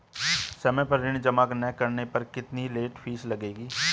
समय पर ऋण जमा न करने पर कितनी लेट फीस लगेगी?